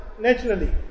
naturally